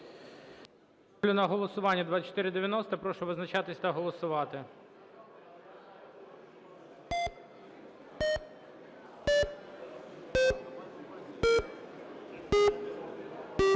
Ставлю на голосування 2490. Прошу визначатися та голосувати.